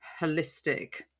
holistic